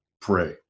pray